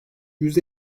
yüz